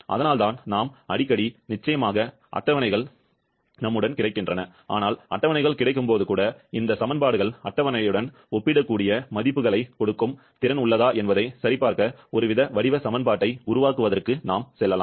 அதனால்தான் நாம் அடிக்கடி நிச்சயமாக அட்டவணைகள் எங்களுடன் கிடைக்கின்றன ஆனால் அட்டவணைகள் கிடைக்கும்போது கூட இந்த சமன்பாடுகள் அட்டவணையுடன் ஒப்பிடக்கூடிய மதிப்புகளைக் கொடுக்கும் திறன் உள்ளதா என்பதைச் சரிபார்க்க ஒருவித வடிவ சமன்பாட்டை உருவாக்குவதற்கு நாம் செல்லலாம்